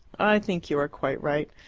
i think you are quite right.